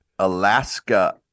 Alaska